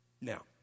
Now